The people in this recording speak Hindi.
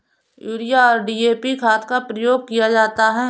यूरिया और डी.ए.पी खाद का प्रयोग किया जाता है